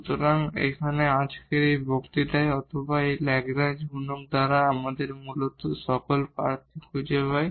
সুতরাং এখানে আজকের এই বক্তৃতায় অথবা এই ল্যাগরেঞ্জ গুণক দ্বারা আমরা মূলত সকল ক্যান্ডিডেড খুঁজে পাই